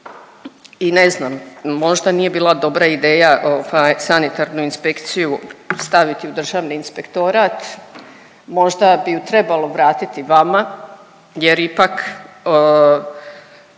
i ne znam možda nije bila dobra ideja sanitarnu inspekciju staviti u Državni inspektorat, možda bi ju trebalo vratiti vama jer ipak